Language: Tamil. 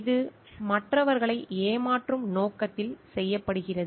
இது மற்றவர்களை ஏமாற்றும் நோக்கத்தில் செய்யப்படுகிறது